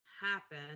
happen